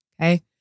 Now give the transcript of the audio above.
Okay